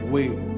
Wait